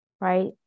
right